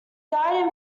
died